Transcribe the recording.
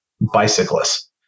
bicyclists